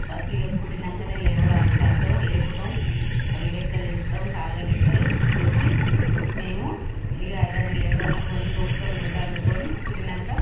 first ఇగ పుట్టినాక లేవడం అవి కష్టం లేపుతాం అవి డెక్కలు విరుస్తాం కాళ్ళ డెక్కలు విరిచి మేము ఇక దాన్ని లేపదానికి మంచి తుడుతాం గుడ్డ అందుకొని పుట్టినాక